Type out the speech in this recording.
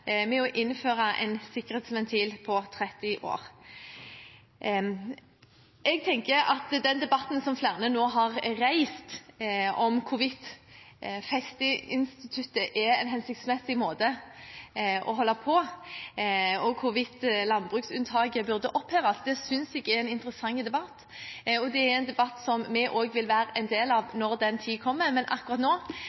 med å innføre en sikkerhetsventil på 30 år. Jeg tenker at den debatten som flere nå har reist om hvorvidt festeinstituttet er hensiktsmessig å holde på, og hvorvidt landbruksunntaket burde oppheves, er en interessant debatt, og det er en debatt som vi også vil være en del av når den tid kommer. Men akkurat nå